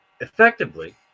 effectively